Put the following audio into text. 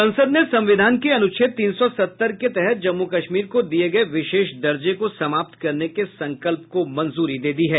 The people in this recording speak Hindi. संसद ने संविधान के अनुच्छेद तीन सौ सत्तर के तहत जम्मू कश्मीर को दिए गए विशेष दर्जे को समाप्त करने के संकल्प को मंजूरी दे दी है